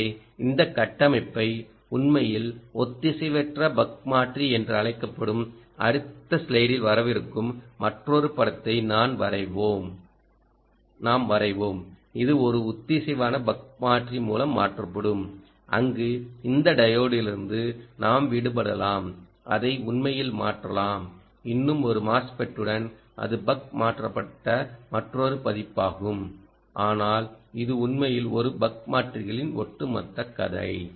எனவே இந்த கட்டமைப்பை உண்மையில் ஒத்திசைவற்ற பக் மாற்றி என்று அழைக்கப்படும் அடுத்த ஸ்லைடில் வரவிருக்கும் மற்றொரு படத்தை நான் வரைவோம் இது ஒரு ஒத்திசைவான பக் மாற்றி மூலம் மாற்றப்படும் அங்கு இந்த டையோட்டிலிருந்து நாம் விடுபடலாம் அதை உண்மையில் மாற்றலாம் இன்னும் ஒரு MOSFET உடன் அது பக் மாற்றப்பட்ட மற்றொரு பதிப்பாகும் ஆனால் இது உண்மையில் ஒரு பக் மாற்றிகளின் ஒட்டுமொத்த கதை